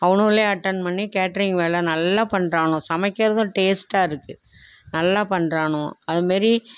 அவனுகளே attend பண்ணி catering வேலை நல்லாப் பண்ணுறானுவோ சமைக்கிறதும் டேஸ்டாக இருக்குது நல்லாப் பண்ணுறானுவோ அதுமாதிரி